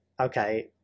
okay